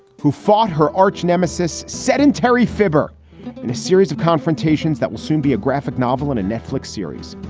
who fought her arch nemesis, sedentary fibber in a series of confrontations that will soon be a graphic novel in a netflix series.